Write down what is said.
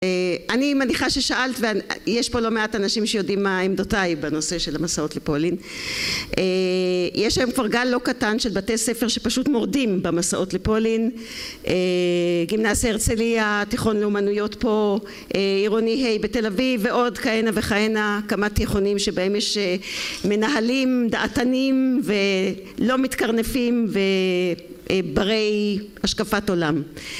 אני מניחה ששאלת ויש פה לא מעט אנשים שיודעים מה עמדותיי בנושא של המסעות לפולין, יש היום כבר גל לא קטן של בתי ספר שפשוט מורדים במסעות לפולין: גימנסיה הרצליה, תיכון לאומנויות פה, עירוני ה' בתל אביב ועוד כהנה וכהנה כמה תיכונים שבהם יש מנהלים דעתנים ולא מתקרנפים וברי השקפת עולם.